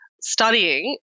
studying